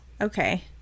Okay